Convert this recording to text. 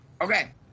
Okay